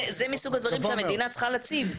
זה מסוג הדברים שהמדינה צריכה להציב.